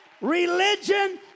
Religion